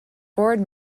board